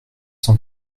cent